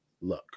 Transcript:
luck